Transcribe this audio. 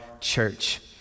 church